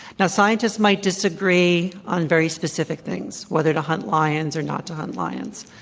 now, scientists might disagree on very specific things, whether to hunt lions or not to hunt lions.